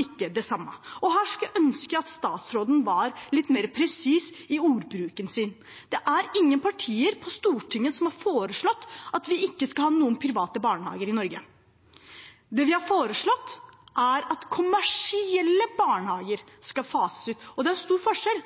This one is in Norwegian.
ikke er det samme, og her skulle jeg ønske statsråden var litt mer presis i ordbruken sin. Det er ingen partier på Stortinget som har foreslått at vi ikke skal ha noen private barnehager i Norge. Det vi har foreslått, er at kommersielle barnehager skal fases ut, og det er stor forskjell,